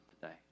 today